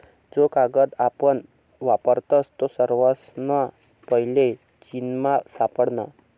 जो कागद आपण वापरतस तो सर्वासना पैले चीनमा सापडना